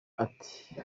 ati